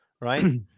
right